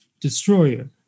destroyer